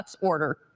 order